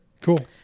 Cool